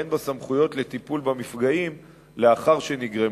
הן בסמכויות לטיפול במפגעים לאחר שנגרמו.